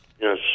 Yes